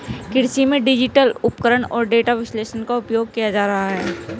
कृषि में डिजिटल उपकरण और डेटा विश्लेषण का उपयोग किया जा रहा है